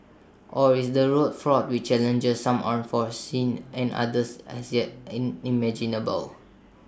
or is the road fraught with challenges some unforeseen and others as yet unimaginable